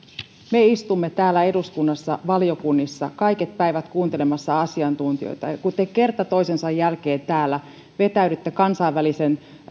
me istumme täällä eduskunnassa valiokunnissa kaiket päivät kuuntelemassa asiantuntijoita kun te kerta toisensa jälkeen täällä vetäydytte kansainvälisen